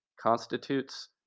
constitutes